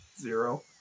Zero